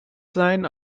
sein